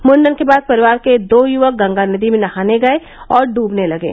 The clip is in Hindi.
मुण्डन के बाद परिवार के दो युवक गंगा नदी में नहाने गये और डूबने लगे